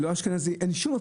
לא אשכנזי או ספרדי.